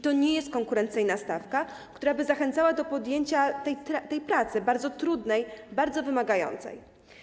To nie jest konkurencyjna stawka, która by zachęcała do podjęcia tej pracy, bardzo trudnej, bardzo wymagającej.